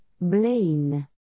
Blaine